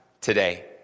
today